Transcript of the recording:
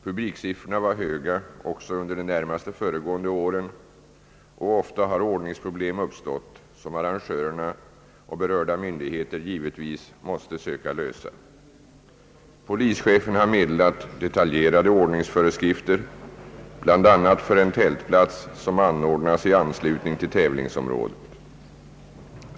Publiksiffrorna var höga även under de närmast föregående åren och ofta har ordningsproblem uppstått, som arrangörerna och berörda myndigheter givetvis måste söka lösa. Polischefen har meddelat detaljerade ordningsföreskrifter bl.a. för en tältplats som anordnas i anslutning till tävlingsområdet.